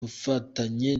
bufatanye